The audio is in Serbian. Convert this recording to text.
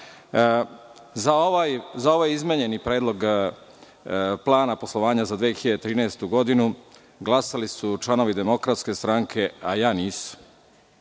za ovaj izmenjeni predlog plana poslovanja za 2013. godinu glasali su članovi DS, a ja nisam.